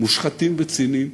מושחתים וציניים,